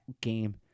game